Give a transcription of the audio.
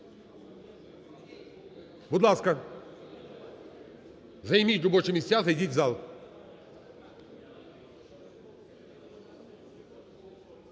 Будь ласка, займіть робочі місця, зайдіть в зал.